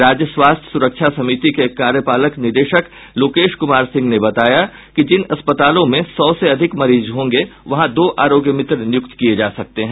राज्य स्वास्थ्य सुरक्षा समिति के कार्यपालक निदेशक लोकेश कुमार सिंह ने बताया कि जिन अस्पतालों में सौ से अधिक मरीज होंगे वहां दो आरोग्य मित्र नियुक्त किये जा सकते हैं